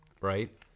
right